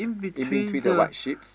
in between the white sheep's